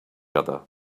other